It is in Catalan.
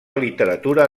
literatura